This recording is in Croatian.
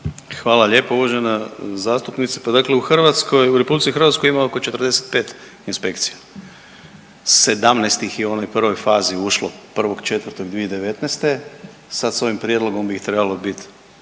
Hvala lijepo. Uvažena zastupnice, pa dakle u Hrvatskoj, u RH ima oko 45 inspekcija, 17 ih je u onoj prvoj fazi ušlo 1.4.2019., sad s ovim prijedlogom bi ih trebalo bit